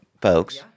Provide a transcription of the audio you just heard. folks—